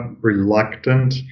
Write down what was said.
reluctant